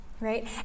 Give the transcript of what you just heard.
right